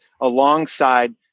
alongside